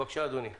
בבקשה אדוני.